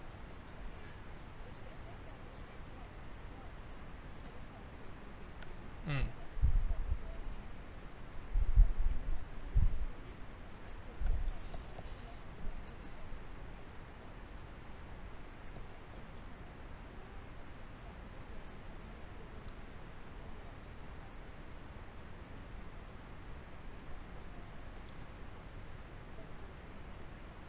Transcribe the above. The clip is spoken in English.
mm